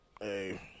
hey